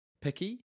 picky